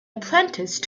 apprentice